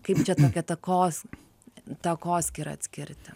kaip čia tokia takos takoskyrą atskirti